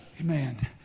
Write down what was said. Amen